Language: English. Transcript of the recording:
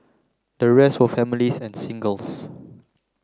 the rest were families and singles